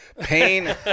Pain